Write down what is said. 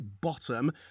bottom